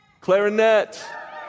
Clarinet